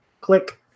Click